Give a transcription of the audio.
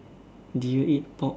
do you eat pork